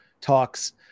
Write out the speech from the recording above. talks